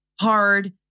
hard